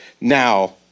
now